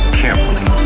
carefully